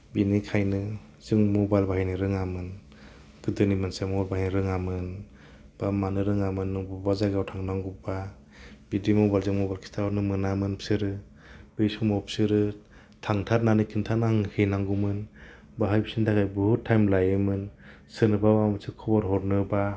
बिनिखायनो जों मबाइल बायनो रोङामोन गोदोनि मानसिया मबाइल बायनो रोङामोन बा मानो रोङामोन अबेबा जायगायाव थांनांगौबा बिदि मबाइलजों मबाइल खिथाहरनो मोनामोन बिसोरो बे समाव बिसोरो थांथारनानै खिन्थानांहैनांगौमोन बाहायफिन्नो थाखाय बुहुद थायम लायोमोन सोरनोबा माबा मोनसे खबर हरनोबा